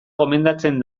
gomendatzen